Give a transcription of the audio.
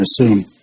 assume